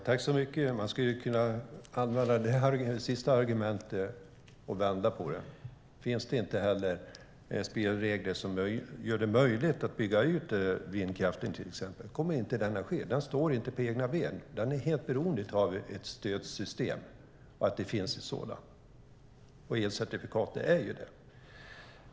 Fru talman! Man skulle kunna använda det sista argumentet och vända på det. Finns det inte spelregler som gör det möjligt att bygga ut exempelvis vindkraften kommer en sådan utbyggnad inte att ske. Vindkraften står inte på egna ben. Den är helt beroende av att det finns ett stödsystem, och elcertifikaten är ett sådant.